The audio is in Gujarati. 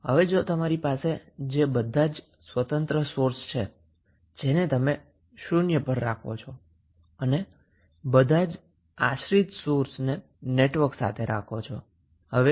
હવે જો તમારી પાસે સર્કિટ છે જેમા બધા ઇંડિપેન્ડન્ટ સોર્સ શુન્ય પર સેટ છે અને બધા જ ડિપેન્ડન્ટ સોર્સને નેટવર્ક સાથે કનેક્ટેડ રાખો